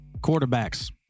Quarterbacks